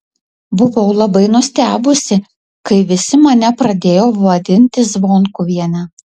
buvau labai nustebusi kai visi mane pradėjo vadinti zvonkuviene